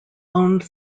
owned